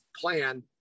plan